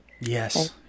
Yes